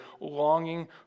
longing